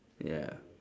ya